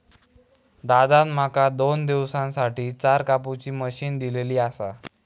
दादान माका दोन दिवसांसाठी चार कापुची मशीन दिलली आसा